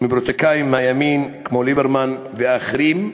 מפוליטיקאים מהימין, כמו ליברמן ואחרים,